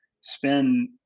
spend